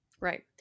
Right